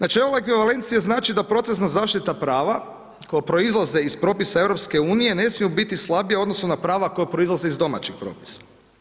Načelo ekvivalencije znači da procesna zaštita prava koja proizlaze iz propisa EU ne smiju biti slabija u odnosu na prava koja proizlaze iz domaćih propisa.